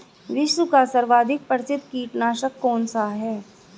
विश्व का सर्वाधिक प्रसिद्ध कीटनाशक कौन सा है?